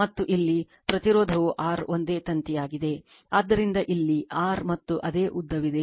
ಮತ್ತು ಇಲ್ಲಿ ಪ್ರತಿರೋಧವು R ಒಂದೇ ತಂತಿಯಾಗಿದೆ ಆದ್ದರಿಂದ ಇಲ್ಲಿ R ಮತ್ತು ಅದೇ ಉದ್ದವಿದೆ